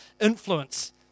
influence